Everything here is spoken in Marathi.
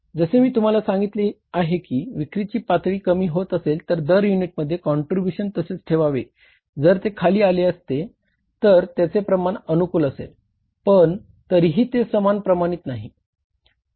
जसे मी तुम्हाला सांगितले आहे की विक्रीची पातळी कमी होत असेल तर दर युनिटचे काँट्रीब्युशन तसेच ठेवावे जर ते खाली आले असतील तर त्याचे प्रमाण अनुकूल असेल पण तरीही ते समान प्रमाणात नाहीत